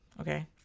okay